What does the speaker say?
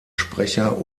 sprecher